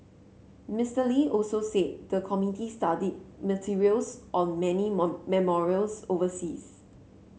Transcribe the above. Mister Lee also said the committee studied materials on many memorials overseas